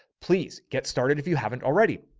please get started if you haven't already.